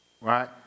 Right